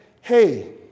Hey